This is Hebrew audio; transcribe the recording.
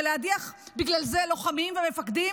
להדיח בגלל זה לוחמים ומפקדים,